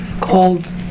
called